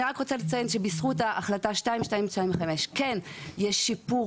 אני רק רוצה לציין שבזכות החלטה 2225 כן יש שיפור